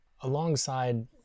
alongside